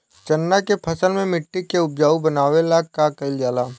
चन्ना के फसल में मिट्टी के उपजाऊ बनावे ला का कइल जाला?